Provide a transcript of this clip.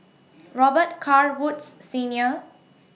Robet Carr Woods Senior